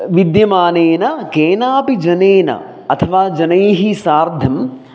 विद्यमानेन केनापि जनेन अथवा जनैः सार्धम्